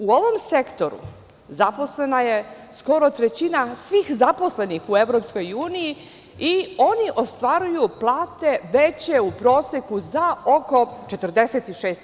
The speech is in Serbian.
U ovom sektoru zaposleno je skoro trećina svih zaposlenih u EU i oni ostvaruju plate veće u proseku za oko 46%